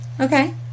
Okay